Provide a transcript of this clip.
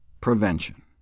prevention